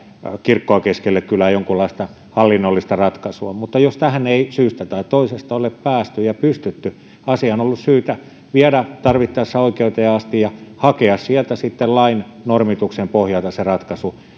kirkkoa keskelle kylää jonkunlaista hallinnollista ratkaisua mutta jos tähän ei syystä tai toisesta ole päästy ja pystytty asia on on ollut syytä viedä tarvittaessa oikeuteen asti ja on haettu sieltä sitten lain normituksen pohjalta se ratkaisu